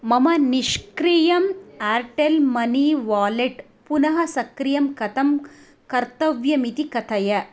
मम निष्क्रियम् Airtel money wallet पुनः सक्रियं कथं कर्तव्यमिति कथय